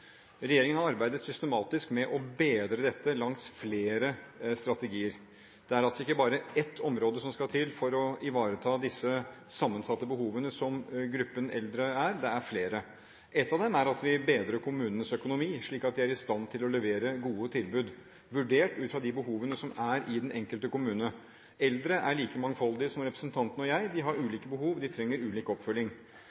Regjeringen har arbeidet systematisk med å bedre dette langs flere strategier. Det er ikke bare ett område som skal til for å ivareta disse sammensatte behovene som gruppen eldre har – det er flere. Ett av dem er at vi bedrer kommunenes økonomi, slik at de er i stand til å levere gode tilbud, vurdert ut fra behovene som er i den enkelte kommune. Eldre er like mangfoldige som representanten og jeg, og de har